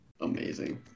Amazing